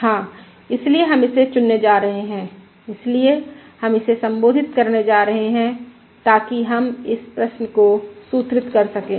हां इसलिए हम इसे चुनने जा रहे हैं इसलिए हम इसे संबोधित करने जा रहे हैं ताकि हम इस प्रश्न को सूत्रित कर सकें